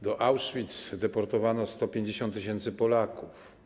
Do Auschwitz deportowano 150 tys. Polaków.